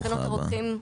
ברוכה הבאה.